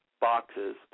boxes